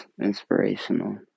inspirational